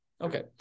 Okay